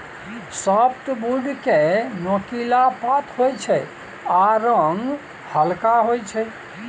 softwood केँ नोकीला पात होइ छै आ रंग हल्का होइ छै